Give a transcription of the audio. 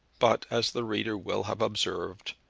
but, as the reader will have observed,